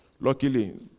Luckily